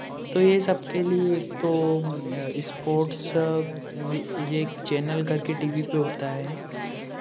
तो ये सबके लिए तो स्पोर्ट्स एक चैनल करके टी वी पे होता है